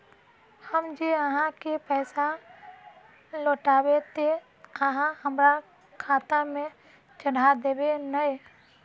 हम जे आहाँ के पैसा लौटैबे ते आहाँ हमरा खाता में चढ़ा देबे नय?